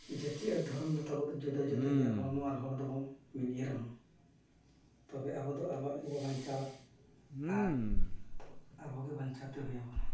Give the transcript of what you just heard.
ᱡᱟᱹᱛᱤ ᱟᱨ ᱫᱷᱚᱨᱚᱢ ᱫᱚ ᱛᱟᱵᱚᱱ ᱫᱚ ᱡᱩᱫᱟᱹ ᱡᱩᱫᱟᱹ ᱜᱮᱭᱟ ᱦᱚᱲᱢᱚ ᱟᱨ ᱦᱚᱲ ᱫᱚᱵᱚᱱ ᱢᱤᱫ ᱜᱮ ᱨᱮᱦᱚᱸ ᱛᱚᱵᱮ ᱟᱵᱚ ᱫᱚ ᱟᱵᱚᱣᱟᱜ ᱜᱮᱵᱚᱱ ᱵᱟᱧᱪᱟᱣᱟ ᱟᱨ ᱟᱵᱚ ᱜᱮ ᱵᱟᱧᱪᱟᱣ ᱛᱮ ᱦᱩᱭ ᱟᱵᱚᱱᱟ